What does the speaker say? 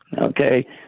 okay